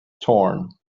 torn